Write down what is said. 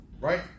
right